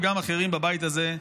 וגם אחרים בבית הזה,